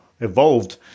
evolved